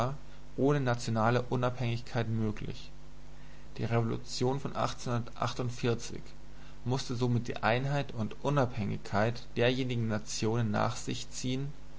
ohne nationale unabhängigkeit möglich die revolution von mußte somit die einheit und unabhängigkeit derjenigen nationen nach sich ziehen